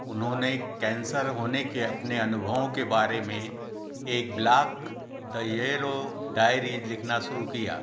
उन्होंने कैंसर होने के अपने अनुभवों के बारे में एक ब्लॉग द येल्लो डायरी लिखना शुरू किया